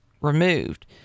removed